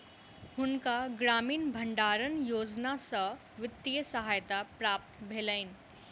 हुनका ग्रामीण भण्डारण योजना सॅ वित्तीय सहायता प्राप्त भेलैन